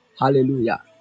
Hallelujah